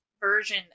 Version